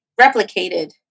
replicated